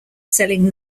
selling